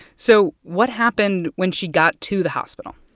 so what happened when she got to the hospital?